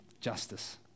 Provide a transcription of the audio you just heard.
justice